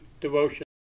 devotion